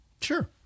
Sure